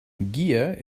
gier